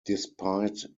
despite